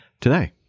today